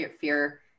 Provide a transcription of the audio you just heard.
fear